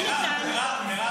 מי אמר שמי?